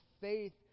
faith